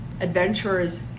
Adventurers